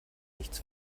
nichts